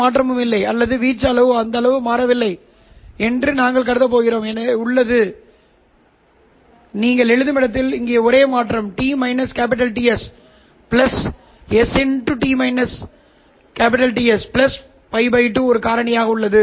மேலும் இது ஒரு திட்டவட்டமான கட்ட உறவையும் கொண்டிருக்க வேண்டும் இது உள்வரும் சமிக்ஞையும் கொசைன் என்பது கொசைன் ஆகும் உள்வரும் சமிக்ஞை கொசைன் என்றால் என்னிடம் ஒரு உள்ளூர் ஆஸிலேட்டர் இருக்க முடியாது அதன்பிறகு அவை நன்றாக கலக்காது